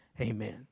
amen